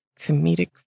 comedic